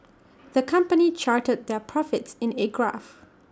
the company charted their profits in A graph